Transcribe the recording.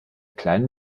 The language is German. kleinen